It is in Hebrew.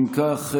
אם כך,